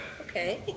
Okay